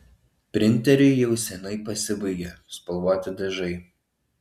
printeriui jau seniai pasibaigė spalvoti dažai